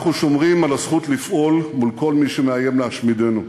אנחנו שומרים על הזכות לפעול מול כל מי שמאיים להשמידנו.